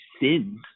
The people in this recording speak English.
sins